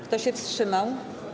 Kto się wstrzymał?